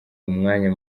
umwanya